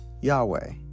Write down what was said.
Yahweh